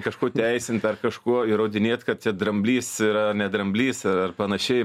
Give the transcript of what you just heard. kažko teisint ar kažkuo įrodinėt kad čia dramblys yra ne dramblys ar panašiai